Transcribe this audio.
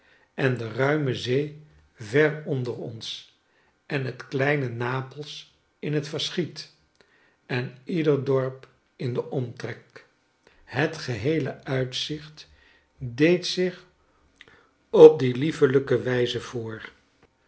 en de ruime zee ver onder ons en het kleine napels in het verschiet eniederdorp in den omtrek het geheele uitzicht deed zich op die liefelijke wijze voor